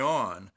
on